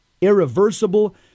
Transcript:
irreversible